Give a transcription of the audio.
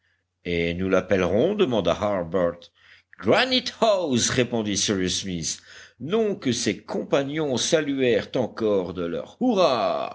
et nous l'appellerons demanda harbert granite house répondit cyrus smith nom que ses compagnons saluèrent encore de leurs